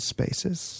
Spaces